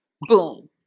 boom